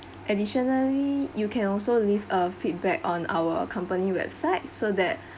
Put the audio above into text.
additionally you can also leave a feedback on our company website so that